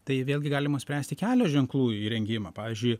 tai vėlgi galima spręsti kelio ženklų įrengimą pavyzdžiui